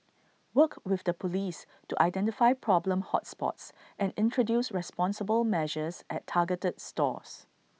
work with the Police to identify problem hot spots and introduce responsible measures at targeted stores